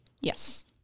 Yes